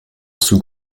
sous